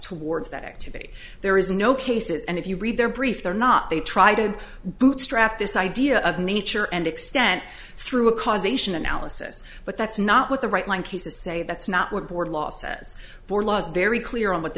towards that activity there is no cases and if you read their brief they're not they try to bootstrap this idea of nature and extent through a causation analysis but that's not what the right mind cases say that's not what border law says for laws very clear on what the